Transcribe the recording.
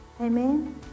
Amen